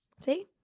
See